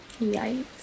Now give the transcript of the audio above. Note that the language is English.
Yikes